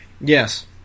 Yes